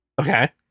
Okay